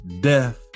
death